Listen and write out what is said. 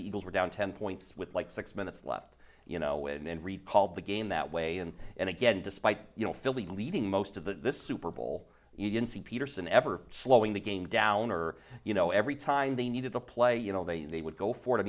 the eagles were down ten points with like six minutes left you know and recall the game that way and and again despite you know philly leading most of the super bowl you can see peterson ever slowing the game down or you know every time they needed a play you know they would go for it i